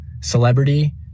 celebrity